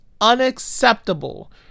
unacceptable